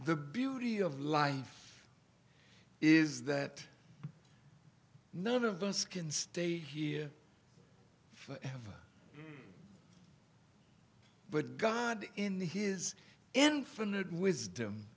the beauty of life is that none of those can stay here forever but god in his infinite wisdom